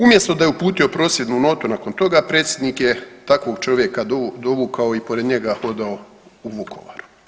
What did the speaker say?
Umjesto da je uputio prosvjednu notu nakon toga predsjednik je takvog čovjeka dovukao i pored njega hodao u Vukovaru.